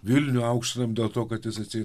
vilnių aukštinam dėl to kad jis atseit